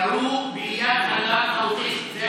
ירו באיאד אלחלאק, האוטיסט.